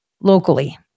locally